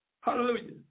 Hallelujah